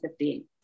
2015